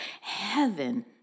heaven